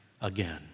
again